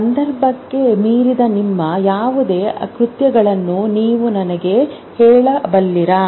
ಸಂದರ್ಭಕ್ಕೆ ಮೀರಿದ ನಿಮ್ಮ ಯಾವುದೇ ಕೃತ್ಯಗಳನ್ನು ನೀವು ನನಗೆ ಹೇಳಬಲ್ಲಿರಾ